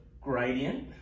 gradient